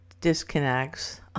disconnects